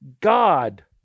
God